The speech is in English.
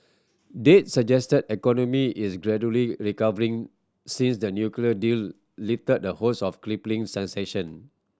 data suggest economy is gradually recovering since the nuclear deal lifted the host of crippling sanction